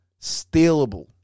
stealable